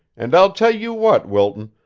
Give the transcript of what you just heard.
and i'll tell you what, wilton,